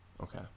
Okay